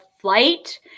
flight